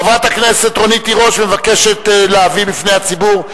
חברת הכנסת רונית תירוש מבקשת להביא בפני הציבור,